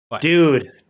dude